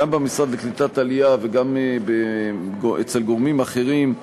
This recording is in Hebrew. גם במשרד העלייה והקליטה וגם אצל גורמים אחרים,